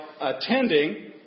attending